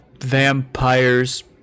vampire's